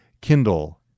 Kindle